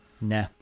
Nah